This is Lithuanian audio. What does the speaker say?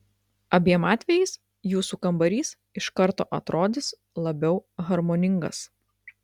abiem atvejais jūsų kambarys iš karto atrodys labiau harmoningas